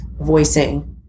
voicing